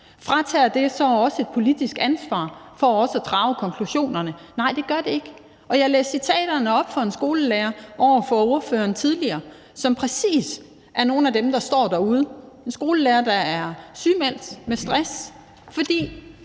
Fratager det så os et politisk ansvar for også at drage konklusionerne? Nej, det gør det ikke. Og jeg læste tidligere nogle citater op for ordføreren fra en skolelærer, som præcis er en af dem, der står derude – en skolelærer, der er sygemeldt med stress, fordi